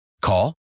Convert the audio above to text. Call